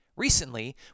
Recently